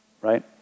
right